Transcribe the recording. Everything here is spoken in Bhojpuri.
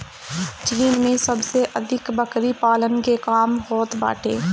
चीन में सबसे अधिक बकरी पालन के काम होत बाटे